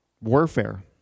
warfare